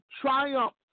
triumph